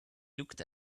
looked